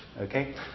okay